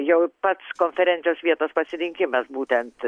jau pats konferencijos vietos pasirinkimas būtent